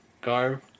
garb